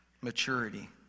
maturity